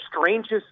strangest